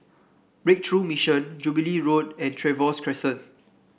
Breakthrough Mission Jubilee Road and Trevose Crescent